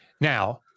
Now